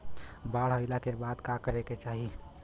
बाढ़ आइला के बाद का करे के चाही?